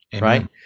right